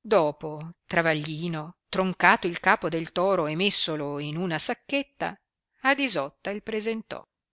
dopo travaglino troncato il capo del toro e messolo in una sacchetta ad isotta il presentò